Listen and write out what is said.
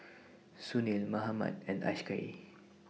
Sunil Mahatma and Akshay